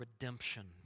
redemption